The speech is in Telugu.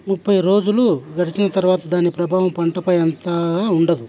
ముప్పై రోజులు గడిచిన తరువాత దాని ప్రభావం పంటపై అంతటా ఉండదు